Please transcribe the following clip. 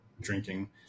drinking